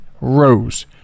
rows